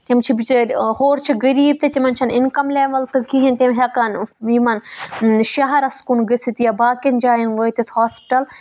تِم چھِ بِچٲرۍ ہورٕ چھِ غریٖب تہِ تِمَن چھِ نہٕ اِنکَم لیول تہِ کِہیٖنۍ تِم ہیکان یِمَن شَہرَس کُن گٔژھِتھ یا باقیَن جایَن وٲتِتھ ہاسپِٹَل